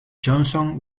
johnson